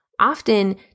Often